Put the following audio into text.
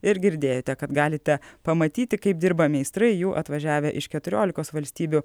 ir girdėjote kad galite pamatyti kaip dirba meistrai jų atvažiavę iš keturiolikos valstybių